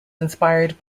inspired